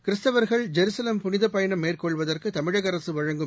கிறிஸ்துவர்கள் ஜெருசலேம் புனித பயணம் மேற்கொள்வதற்கு தமிழக அரசு வழங்கும்